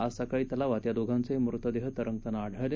आज सकाळी तलावात या दोघांचे मृतदेह तरंगताना आढळले